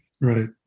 Right